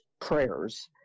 prayers